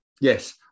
Yes